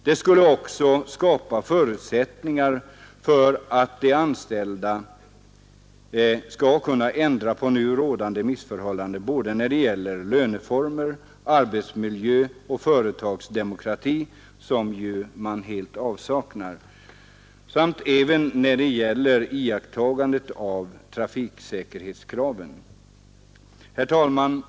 De skulle också skapa förutsättningar för de anställda att ändra på nu rådande missförhållanden både när det gäller löneförmåner, arbetsmiljö och företagsdemokrati, som helt saknas, och när det gäller iakttagandet av trafiksäkerhetskraven. Herr talman!